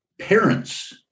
parents